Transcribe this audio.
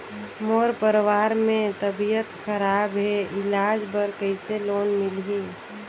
मोर परवार मे तबियत खराब हे इलाज बर कइसे लोन मिलही?